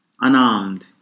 unarmed